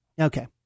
Okay